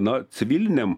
na civilinėm